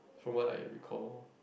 from what I recall